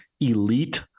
elite